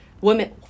women